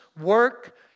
work